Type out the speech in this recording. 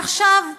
ועכשיו,